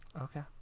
Okay